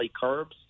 curbs